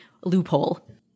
loophole